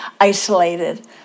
isolated